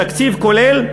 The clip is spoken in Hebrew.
תקציב כולל,